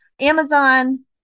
Amazon